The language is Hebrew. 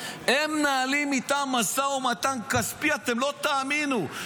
הם מנהלים איתם משא ומתן כספי, אתם לא תאמינו.